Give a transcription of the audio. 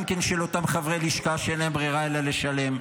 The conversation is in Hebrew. גם כן של אותם חברי לשכה שאין להם ברירה אלא לשלם,